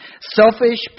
selfish